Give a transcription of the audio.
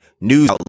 news